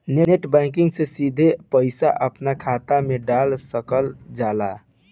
net banking से सिधे पईसा अपना खात मे डाल सकल जाता